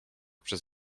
przez